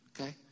Okay